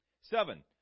Seven